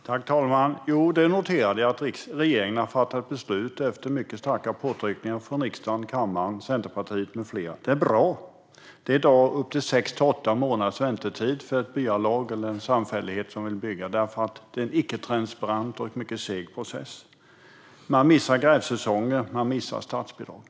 Herr talman! Jo, jag noterade att regeringen har fattat beslut, efter mycket starka påtryckningar från riksdagen, kammaren, Centerpartiet med flera. Det är bra. Det är i dag sex till åtta månaders väntetid för ett byalag eller en samfällighet som vill bygga, därför att det är en icke-transparent och mycket seg process. Man missar grävsäsongen, och man missar statsbidrag.